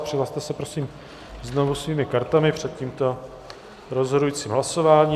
Přihlaste se prosím znovu svými kartami před tímto rozhodujícím hlasováním.